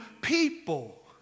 people